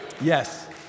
Yes